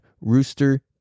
Rooster